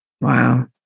Wow